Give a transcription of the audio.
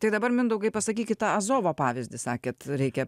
tai dabar mindaugai pasakykit tą azovo pavyzdį sakėt reikia